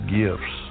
gifts